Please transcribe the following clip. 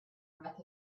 breath